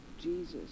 Jesus